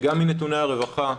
גם מנתוני הרווחה,